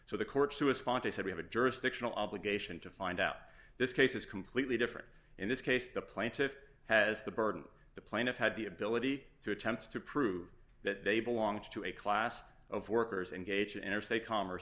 said we have a jurisdictional obligation to find out this case is completely different in this case the plaintiffs has the burden the plaintiff had the ability to attempt to prove that they belong to a class of workers engaged interstate commerce